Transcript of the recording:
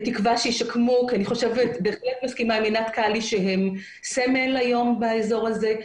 בתקווה שישקמו כי אני בהחלט מסכימה עם עינת קליש שהם היום באזור הזה,